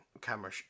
camera